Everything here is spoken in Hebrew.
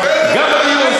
הדיור,